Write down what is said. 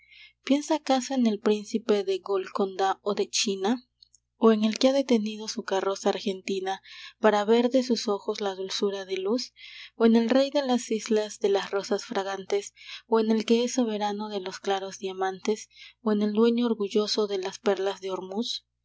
piensa acaso en el príncipe de golconda o de china o en el que ha detenido su carroza argentina para ver de sus ojos la dulzura de luz o en el rey de las islas de las rosas fragantes o en el que es soberano de los claros diamantes o en el dueño orgulloso de las perlas de